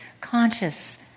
conscious